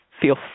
feel